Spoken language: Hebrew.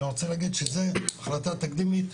אני רוצה להגיד שזו החלטה תקדימית,